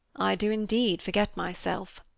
i do indeed forget myself.